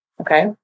okay